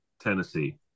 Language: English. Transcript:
Tennessee